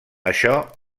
això